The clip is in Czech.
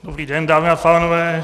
Dobrý den, dámy a pánové.